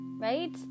right